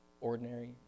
Ordinary